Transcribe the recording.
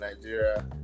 nigeria